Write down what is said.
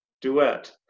duet